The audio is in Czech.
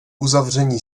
uzavření